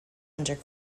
under